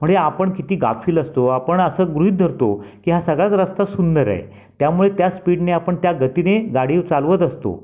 म्हणजे आपण किती गाफील असतो आपण असं गृहित धरतो की हा सगळाच रस्ता सुंदर आहे त्यामुळे त्या स्पीडने आपण त्या गतीने गाडी चालवत असतो